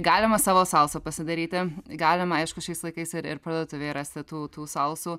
galima savo salsą pasidaryti galima aišku šiais laikais ir ir parduotuvėj rasti tų tų salsų